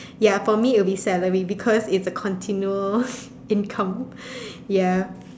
ya for me it will be salary because it's a continual income ya